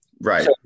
right